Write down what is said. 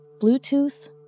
Bluetooth